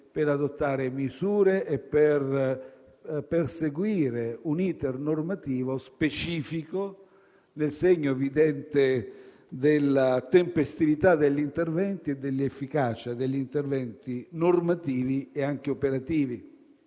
per adottare misure e perseguire un *iter* normativo specifico nel segno evidente della tempestività e dell'efficacia degli interventi normativi e anche operativi.